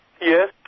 Yes